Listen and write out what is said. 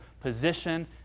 position